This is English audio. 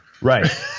Right